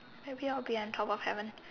maybe I'll be on top of heaven